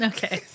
Okay